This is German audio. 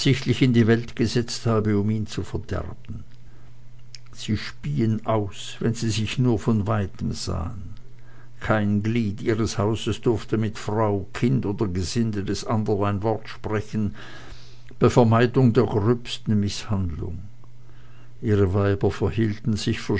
in die welt gesetzt habe um ihn zu verderben sie spieen aus wenn sie sich nur von weitem sahen kein glied ihres hauses durfte mit frau kind oder gesinde des andern ein wort sprechen bei vermeidung der gröbsten mißhandlung ihre weiber verhielten sich